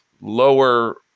lower